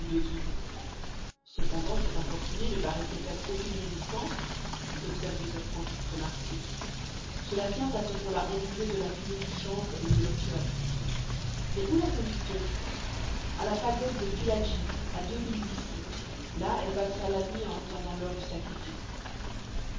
cependant cette infortunée ne paraissait faire aucune résistance fit observer sir francis cromarty cela tient à ce qu'on l'a enivrée de la fumée du chanvre et de l'opium mais où la conduit on a la pagode de pillaji à deux milles d'ici là elle passera la nuit en attendant l'heure du sacrifice